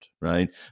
right